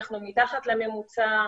אנחנו כל הזמן בודקים את עצמנו.